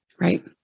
Right